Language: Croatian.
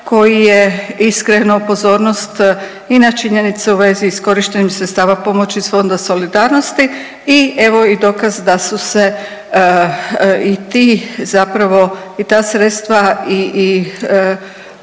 koji je iskreno pozornost i na činjenice u vezi iskorištenih sredstava pomoći iz Fonda solidarnosti i, evo i dokaz da su se i ti zapravo i ta sredstva i